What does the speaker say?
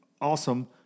Awesome